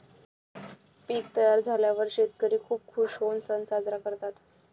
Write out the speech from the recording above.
पीक तयार झाल्यावर शेतकरी खूप खूश होऊन सण साजरा करतात